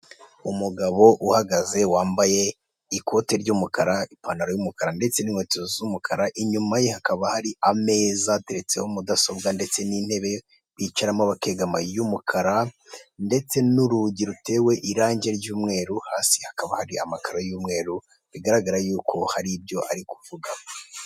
Umugabo uhagaze wambaye ikote ry'umukara ,ipantaro y' umukara ndetse n'inkweto z'umukara ,inyuma ye hakaba hari ameza ateretseho mudasobwa ndetse n'intebe bicaramo bakegama y'umukara ndetse n'urugi rutewe irangi ry'umweru, hasi hakaba hari amakaro y'umweru bigaragara y'uko hari ibyo ari kuvuga.